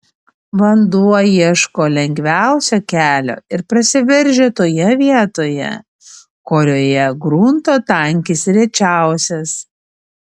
vanduo ieško lengviausio kelio ir prasiveržia toje vietoje kurioje grunto tankis rečiausias